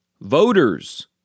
voters